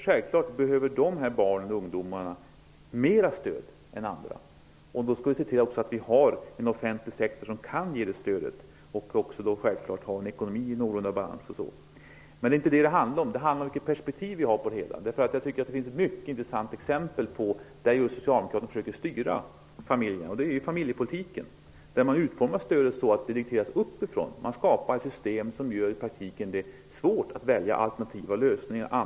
Självklart behöver de barnen och ungdomarna mera stöd än andra. Då skall vi se till att vi har en offentlig sektor som kan ge det stödet och också en ekonomi i någorlunda balans. Men det är inte detta det handlar om. Det handlar om vilket perspektiv vi har på det hela. Jag tycker att det finns ett mycket intressant exempel på att Socialdemokraterna just försöker styra familjerna, och det är familjepolitiken, där man utformar stödet så att det dikteras uppifrån. Man skapar ett system som i praktiken gör det svårt att välja alternativa lösningar.